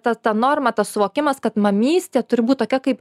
ta ta norma tas suvokimas kad mamystė turi būt tokia kaip